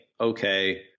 okay